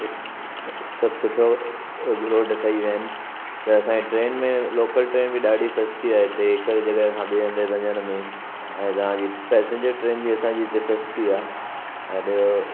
इस सभु सुठो रोड ठही विया आहिनि त असांजी ट्रेन में लोकल ट्रेन बि ॾाढी सस्ती आहे हिते हिकु जॻहि खां ॿिए हंधि वञण में ऐं तव्हां जी पैसेंजर ट्रेन बि असांजी हिते सस्ती आहे ऐं ॿियो